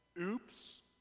oops